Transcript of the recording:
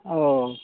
ओ